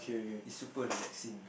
is super relaxing